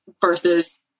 versus